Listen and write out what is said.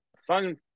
Sun